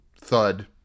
thud